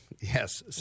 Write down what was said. yes